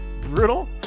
brutal